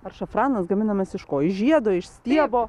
ar šafranas gaminamas iš ko iš žiedo iš stiebo žiedelių